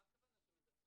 מה הכוונה שמדווחים?